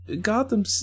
Gotham